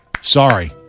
Sorry